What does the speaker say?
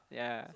yeah